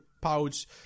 pouch